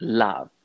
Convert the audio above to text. love